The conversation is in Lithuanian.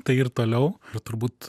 tai ir toliau turbūt